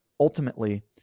Ultimately